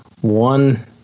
one